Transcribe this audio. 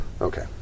Okay